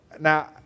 Now